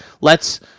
lets